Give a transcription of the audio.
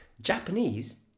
Japanese